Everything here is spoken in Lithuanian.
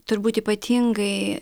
turbūt ypatingai